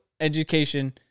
education